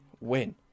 win